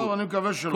לא, אני מקווה שלא.